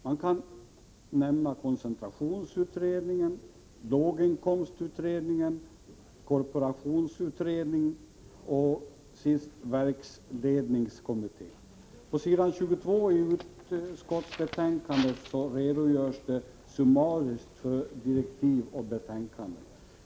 Man kan nämna koncentrationsutredningen, låginkomstutredningen, korporationsutredningen och verksledningskommittén. Pås. 22iutskottsbetänkandet redogörs summariskt för direktiven till dessa utredningar.